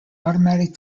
automatic